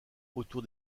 autour